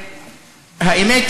(חבר הכנסת יואב קיש יוצא מאולם המליאה.) האמת היא,